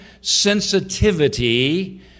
sensitivity